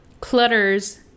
clutters